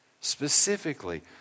Specifically